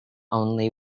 only